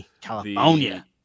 California